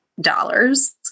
dollars